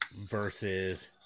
Versus